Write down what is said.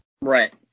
Right